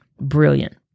brilliant